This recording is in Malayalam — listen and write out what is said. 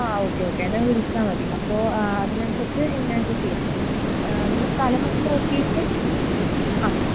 ആ ഓക്കേ ഓക്കേ എന്നെ ഒന്ന് വിളിച്ചാൽ മതി അപ്പോൾ അതിനനുസരിച്ച് എങ്ങനെയാണെന്ന് വച്ചാൽ ചെയ്യാം നിങ്ങൾ സ്ഥലമൊന്ന് നോക്കിയിട്ട് ആ